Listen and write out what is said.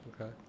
Okay